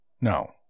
No